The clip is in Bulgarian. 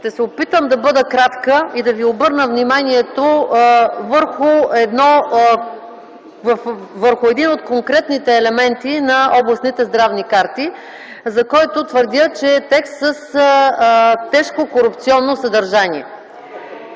Ще се опитам да бъда кратка и да ви обърна вниманието върху един от конкретните елементи на областните здравни карти, за който твърдя, че е текст с тежко корупционно съдържание.